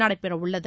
நடைபெறவுள்ளது